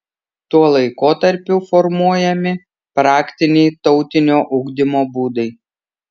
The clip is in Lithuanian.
tuo laikotarpiu formuluojami praktiniai tautinio ugdymo būdai